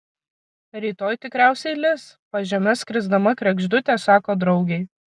rytoj tikriausiai lis pažeme skrisdama kregždutė sako draugei